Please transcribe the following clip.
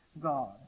God